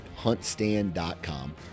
huntstand.com